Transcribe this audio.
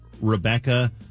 Rebecca